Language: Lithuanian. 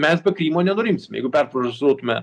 mes be krymo nenurimsim jeigu perfrazuotume